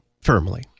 firmly